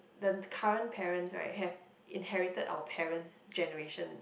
the current parents right have inherited our parents generation